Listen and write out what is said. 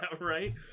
right